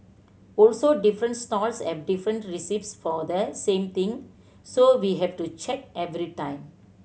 also different stalls have different recipes for the same thing so we have to check every time